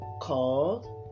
called